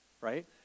right